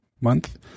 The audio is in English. month